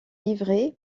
livrée